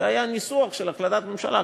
זה היה ניסוח של החלטת הממשלה.